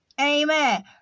Amen